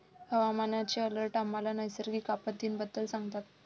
हवामानाचे अलर्ट आम्हाला नैसर्गिक आपत्तींबद्दल सांगतात